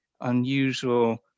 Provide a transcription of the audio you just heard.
unusual